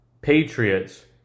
Patriots